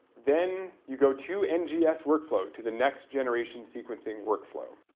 then, you go to ngs workflow, to the next generation sequencing workflow.